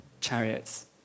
chariots